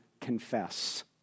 confess